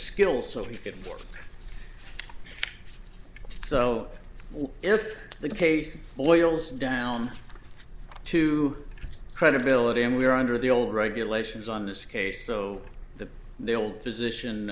skill so he's getting more so what if the case boils down to credibility and we're under the old regulations on this case so that they'll physician